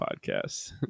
podcasts